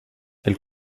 elle